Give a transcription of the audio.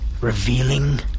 revealing